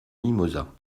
mimosas